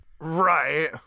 Right